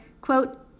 quote